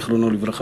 זיכרונו לברכה.